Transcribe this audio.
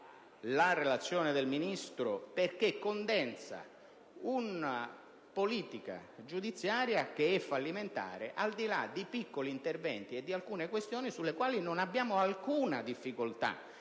la relazione del Ministro, perché condensa una politica giudiziaria fallimentare, al di là di piccoli interventi e di specifiche questioni sulle quali non abbiamo alcuna difficoltà